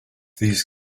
these